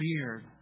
beard